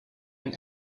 and